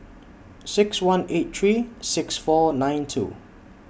six one eight three six four nine two